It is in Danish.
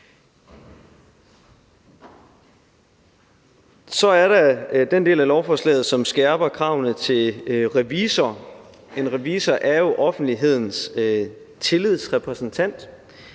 Så er der den del af lovforslaget, som skærper kravene til revisorer. En revisor er jo offentlighedens tillidsrepræsentant.